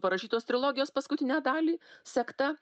parašytos trilogijos paskutinę dalį sekta